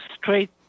straight